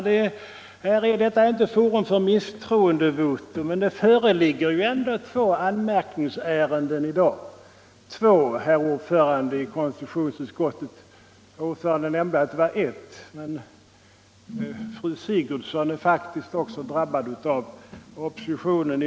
Detta är inte forum för misstroendevotum, men det föreligger ju ändå två anmärkningsärenden i dag. Det är två, herr ordförande i konstitutionsutskottet, och inte ett som herr ordföranden nämnde. Fru Sigurdsen har faktiskt också drabbats av oppositionen.